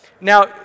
now